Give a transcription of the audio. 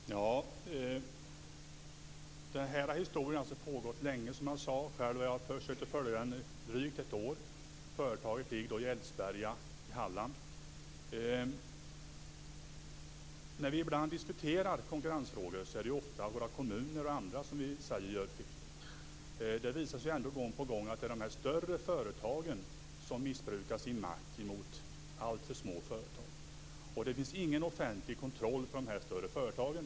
Fru talman! Den här historien har, som jag sade, pågått länge. Jag har själv försökt följa den i drygt ett år. Företaget ligger i Eldsberga i Halland. När vi diskuterar konkurrensfrågor säger vi ofta att det är kommunerna som gör fel. Det visar sig ändå gång på gång att det är de större företagen som missbrukar sin makt mot alltför små företag. Det finns ingen offentlig kontroll över de större företagen.